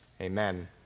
Amen